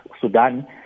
Sudan